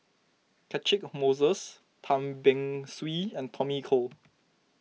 Catchick Moses Tan Beng Swee and Tommy Koh